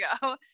go